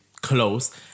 close